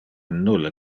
nulle